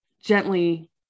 gently